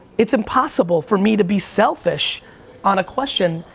it's impossible for me to be selfish on a question.